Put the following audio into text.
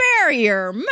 barrier